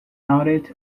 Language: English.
audit